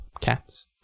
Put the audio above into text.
cats